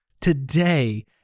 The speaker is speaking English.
Today